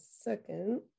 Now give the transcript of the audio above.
second